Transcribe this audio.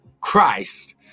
Christ